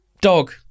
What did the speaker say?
dog